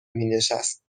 مینشست